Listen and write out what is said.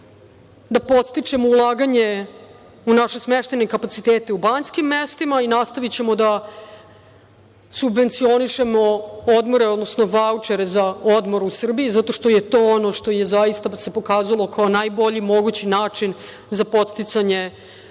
da podstičemo ulaganje u naše smeštajne kapacitetu u banjskim mestima i nastavićemo da subvencionišemo odmore, odnosno vaučere za odmor u Srbiji, zato što je to ono što se zaista pokazalo kao najbolji mogući način za podsticanje